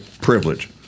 Privilege